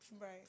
right